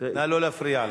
נא לא להפריע לו.